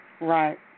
Right